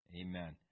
Amen